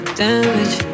damage